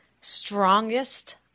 strongest